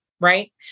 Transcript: right